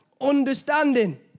understanding